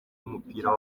w’umupira